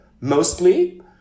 mostly